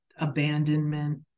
abandonment